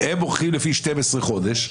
הם הולכים לפי 12 חודש,